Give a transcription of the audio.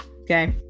Okay